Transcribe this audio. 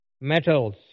metals